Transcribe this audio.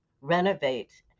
renovate